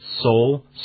soul